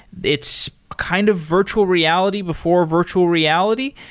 it's kind of virtual reality before virtual reality.